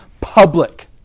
public